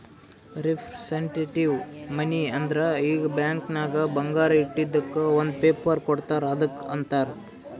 representative money ಅಂದುರ್ ಈಗ bank ನಾಗ್ ಬಂಗಾರ ಇಟ್ಟಿದುಕ್ ಒಂದ್ ಪೇಪರ್ ಕೋಡ್ತಾರ್ ಅದ್ದುಕ್ ಅಂತಾರ್